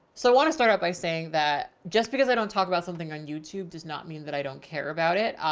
so i want to start out by saying that just because i don't talk about something on youtube does not mean that i don't care about it.